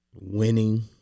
winning